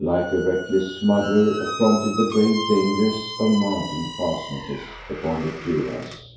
like a reckless smuggler, affronted the grave dangers of mountain fastnesses upon the juras